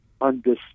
understand